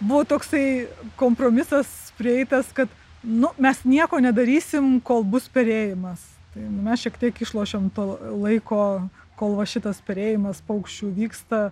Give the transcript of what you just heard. buvo toksai kompromisas prieitas kad nu mes nieko nedarysim kol bus perėjimas tai mes šiek tiek išlošėm to laiko kol va šitas perėjimas paukščių vyksta